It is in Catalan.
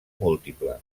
múltiple